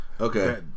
okay